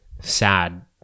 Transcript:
sad